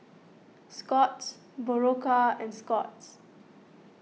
Scott's Berocca and Scott's